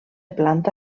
planta